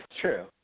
True